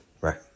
Right